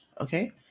okay